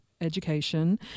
education